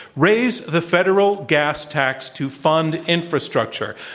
raise the federal gas tax to fund infrastructure,